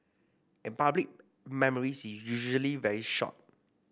and public memory is usually very short